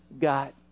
God